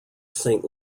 saint